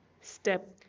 step